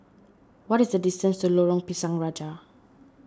what is the distance to Lorong Pisang Raja